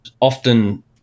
often